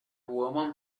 woman